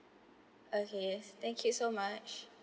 okay yes thank you so much